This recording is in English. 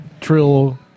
Trill